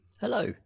Hello